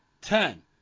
ten